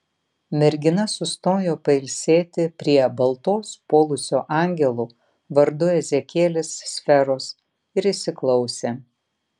mergina sustojo pailsėti prie baltos puolusio angelo vardu ezekielis sferos ir įsiklausė